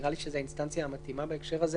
נראה לי שזו האינסטנציה המתאימה בהקשר הזה